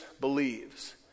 believes